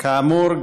כאמור,